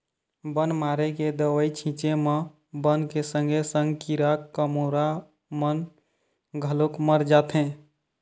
बन मारे के दवई छिंचे म बन के संगे संग कीरा कमोरा मन घलोक मर जाथें